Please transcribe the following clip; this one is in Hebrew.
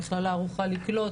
המכללה ערוכה לקלוט,